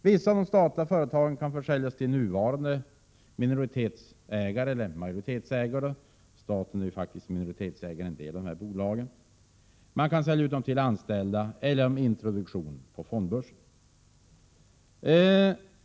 Vissa statliga företag kan försäljas till nuvarande majoritetsoch minoritetsägare — staten är faktiskt minoritetsägare i en del av dessa bolag. Man kan sälja till anställda eller genom introduktion på fondbörsen.